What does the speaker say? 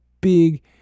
big